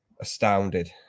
astounded